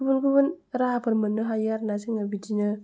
गुबुन गुबुन राहाफोर मोननो हायो आरो ना जोङो बिदिनो